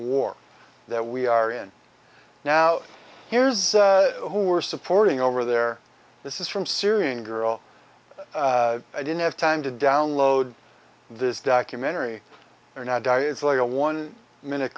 war that we are in now here's who are supporting over there this is from syrian girl i didn't have time to download this documentary or not die it's like a one minute